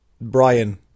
Brian